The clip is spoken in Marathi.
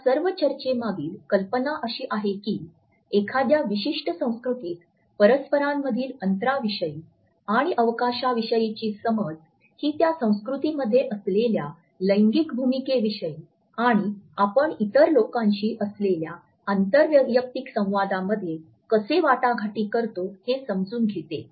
या सर्व चर्चेमागील कल्पना अशी आहे की एखाद्या विशिष्ट संस्कृतीत परस्परांमधील अंतराविषयी आणि अवकाशाविषयीची समज ही त्या संस्कृतींमध्ये असलेल्या लैंगिक भूमिकेविषयी आणि आपण इतर लोकांशी असलेल्या आंतर वैयक्तिक संवादामध्ये कसे वाटाघाटी करतो हे समजून घेते